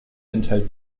enthält